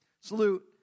Salute